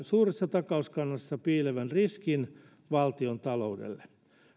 suuressa takauskannassa piilevän riskin valtiontaloudelle